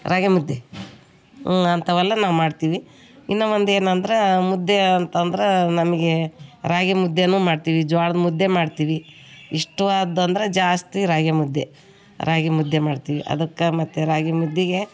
ರಾಗಿ ಮುದ್ದೆ ಹ್ಞುಂ ಅಂಥವೆಲ್ಲ ನಾವು ಮಾಡ್ತೀವಿ ಇನ್ನು ಒಂದು ಏನೆಂದ್ರೆ ಮುದ್ದೆ ಅಂತಂದ್ರೆ ನಮಗೀ ರಾಗಿ ಮುದ್ದೆಯು ಮಾಡ್ತೀವಿ ಜೋಳದ ಮುದ್ದೆ ಮಾಡ್ತೀವಿ ಇಷ್ಟವಾದ ಅಂದ್ರೆ ಜಾಸ್ತಿ ರಾಗಿ ಮುದ್ದೆ ರಾಗಿ ಮುದ್ದೆ ಮಾಡ್ತೀವಿ ಅದಕ್ಕೆ ಮತ್ತೆ ರಾಗಿ ಮುದ್ದೆಗೆ